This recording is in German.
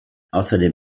außerdem